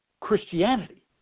Christianity